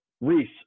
Reese